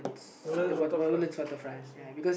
Woodlands-Waterfront I see